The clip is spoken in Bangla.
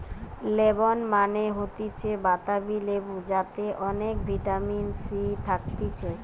লেমন মানে হতিছে বাতাবি লেবু যাতে অনেক ভিটামিন সি থাকতিছে